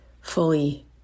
fully